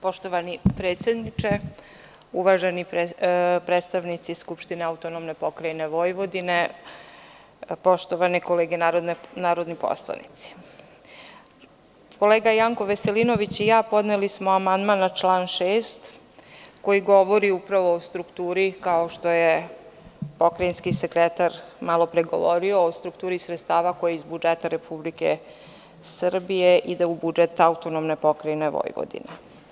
Poštovani predsedniče, uvaženi predstavnici Skupštine AP Vojvodine, poštovane kolege narodni poslanici, kolega Janko Veselinović i ja podneli smo amandman na član 6. koji govori upravo o strukturi kao što je pokrajinski sekretar malopre govorio o strukturi sredstava koje iz budžeta Republike Srbije ide u budžet AP Vojvodine.